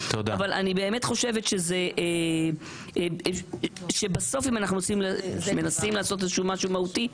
אבל אני חושבת באמת שאם אנחנו מנסים לעשות משהו מהותי,